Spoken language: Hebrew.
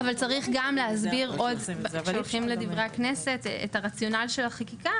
אבל כשהולכים לדברי הכנסת להסביר את הרציונל של החקיקה